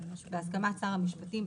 בהסכמת שר המשפטים,